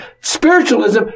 spiritualism